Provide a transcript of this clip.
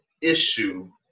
issue